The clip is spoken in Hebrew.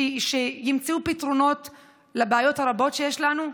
שימצאו פתרונות לבעיות הרבות שיש לנו.